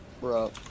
Bro